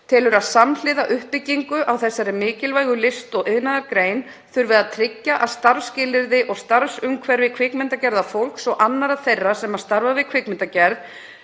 telur að samhliða uppbyggingu í þessari mikilvægu list- og iðnaðargrein þurfi að tryggja að starfsskilyrði og starfsumhverfi kvikmyndagerðarfólks og annarra þeirra sem starfa við kvikmyndagerð